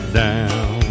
down